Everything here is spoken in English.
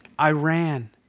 Iran